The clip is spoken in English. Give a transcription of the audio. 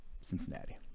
cincinnati